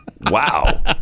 Wow